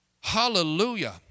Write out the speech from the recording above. Hallelujah